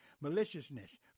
maliciousness